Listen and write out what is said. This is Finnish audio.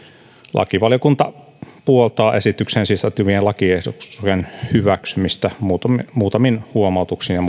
lakivaliokunta puoltaa esitykseen sisältyvien lakiehdotusten hyväksymistä muutamin muutamin huomautuksin ja